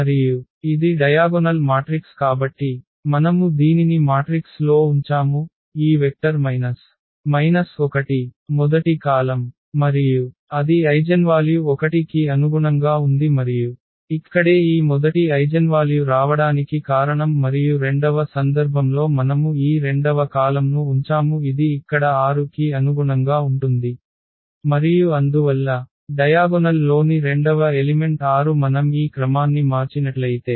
మరియు ఇది diagonal matrix కాబట్టి మనము దీనిని మాట్రిక్స్ లో ఉంచాము ఈ వెక్టర్ 1 మొదటి కాలమ్ మరియు అది ఐగెన్వాల్యు 1 కి అనుగుణంగా ఉంది మరియు ఇక్కడే ఈ మొదటి ఐగెన్వాల్యు రావడానికి కారణం మరియు రెండవ సందర్భంలో మనము ఈ రెండవ కాలమ్ను ఉంచాము ఇది ఇక్కడ 6 కి అనుగుణంగా ఉంటుంది మరియు అందువల్ల డయాగొనల్ లోని రెండవ ఎలిమెంట్ 6 మనం ఈ క్రమాన్ని మార్చినట్లయితే